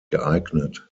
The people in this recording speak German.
geeignet